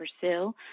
pursue